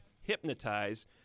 Hypnotize